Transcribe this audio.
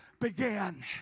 began